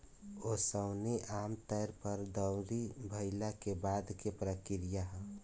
ओसवनी आमतौर पर दौरी भईला के बाद के प्रक्रिया ह